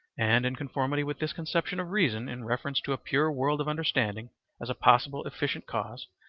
and in conformity with this conception of reason in reference to a pure world of understanding as a possible efficient cause,